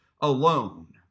alone